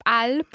al